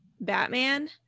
Batman